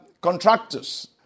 contractors